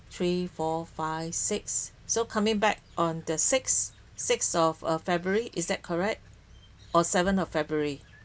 three four five six so coming back on the sixth sixth of err february is that correct or seventh of february